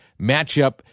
matchup